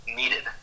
needed